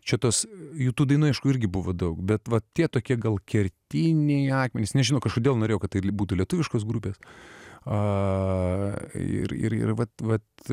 šitas jų tų dainų aišku irgi buvo daug bet vat tie tokie gal kertiniai akmenys nežinau kažkodėl norėjau kad tai būtų lietuviškos grupės a ir ir vat vat